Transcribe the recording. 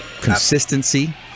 consistency